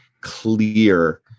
clear